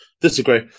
disagree